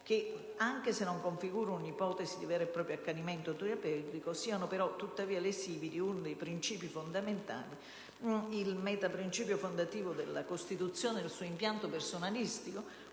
ancorché non configurino ipotesi di vero e proprio accanimento terapeutico, siano tuttavia lesivi di uno dei princìpi fondamentali - o meglio il metaprincipio fondativo della Costituzione, nel suo impianto personalistico